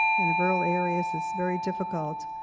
in the rural areas, it's very difficult.